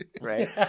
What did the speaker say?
right